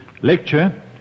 lecture